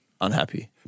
unhappy